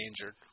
injured